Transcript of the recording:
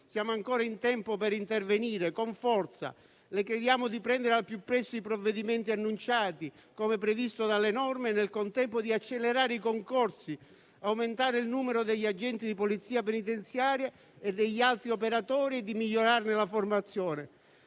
Siamo ancora in tempo per intervenire con forza. Le chiediamo di prendere al più presto i provvedimenti annunciati, come previsto dalle norme, e nel contempo di accelerare i concorsi, aumentare il numero degli agenti di Polizia penitenziaria e degli altri operatori e di migliorarne la formazione.